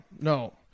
no